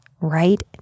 right